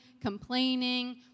complaining